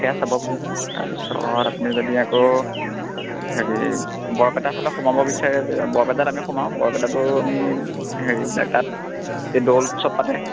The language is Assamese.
সেয়া চাব পাৰিব তাৰপিছত আপুনি যদি আকৌ হেৰি বৰপেটা ফালে সোমাব বিচাৰে যে বৰপেটাত আমি সোমাওঁ বৰপেটাতো আমি হেৰিবিলাক তাত এই দৌল উৎসৱ পাতে